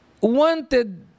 wanted